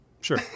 sure